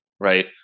right